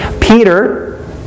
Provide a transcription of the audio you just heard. Peter